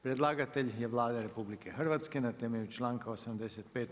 Predlagatelj je Vlada RH na temelju članka 85.